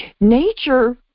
Nature